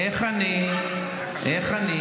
איך אני